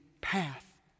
path